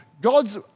God's